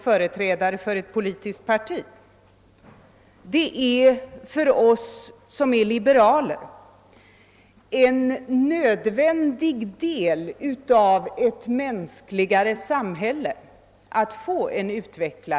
En utvecklad arbetsdemokrati är för oss liberaler ett nödvändigt inslag i ett mänskligare samhälle.